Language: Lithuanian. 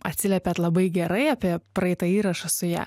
atsiliepėt labai gerai apie praeitą įrašą su ja